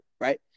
right